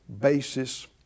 basis